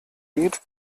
geht